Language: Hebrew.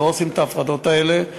לא עושים את ההפרדות האלה.